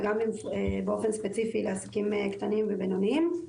וגם באופן ספציפי לעסקים קטנים ובינוניים.